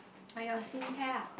on your skincare ah